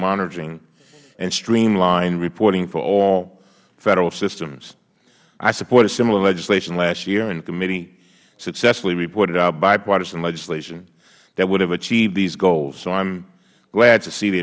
monitoring and streamlined reporting for all federal systems i supported similar legislation last year and the committee successfully reported bipartisan legislation that would have achieved these goals i am glad to see the